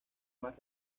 más